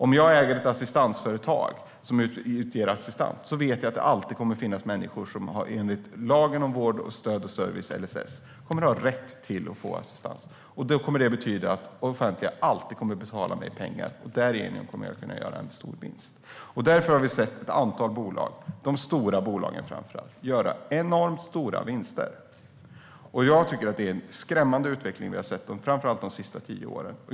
Om jag äger ett assistansföretag vet jag att det alltid kommer att finnas människor som enligt lagen om stöd och service, LSS, kommer att ha rätt till assistans. Det betyder att det offentliga alltid kommer att betala mig pengar, och därigenom kommer jag att kunna göra en stor vinst. Därför har vi sett ett antal bolag, framför allt de stora bolagen, göra enormt stora vinster. Jag tycker att det är en skrämmande utveckling vi har sett, framför allt de sista tio åren.